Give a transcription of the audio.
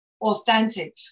authentic